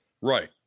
Right